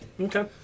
Okay